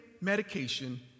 medication